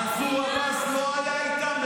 מנסור עבאס לא היה איתם?